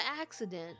accident